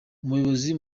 umuyobozi